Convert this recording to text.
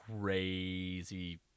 crazy